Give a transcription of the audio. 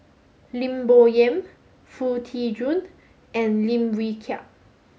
Lim Bo Yam Foo Tee Jun and Lim Wee Kiak